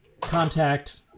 contact